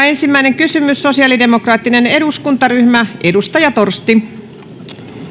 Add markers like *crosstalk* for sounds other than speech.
*unintelligible* ensimmäinen kysymys sosiaalidemokraattinen eduskuntaryhmä edustaja torsti